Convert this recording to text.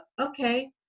okay